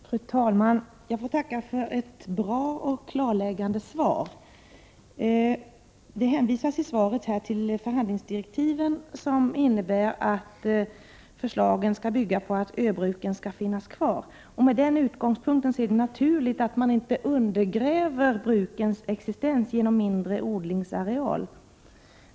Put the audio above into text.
Fru talman! Jag får tacka för ett bra och klarläggande svar. Det hänvisas i svaret till förhandlingsdirektiven som innebär att förslagen skall bygga på att öbruken skall finnas kvar. Med denna utgångspunkt är det naturligt att man inte undergräver brukens existens genom mindre odlingsareal.